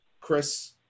Chris